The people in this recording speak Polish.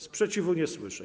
Sprzeciwu nie słyszę.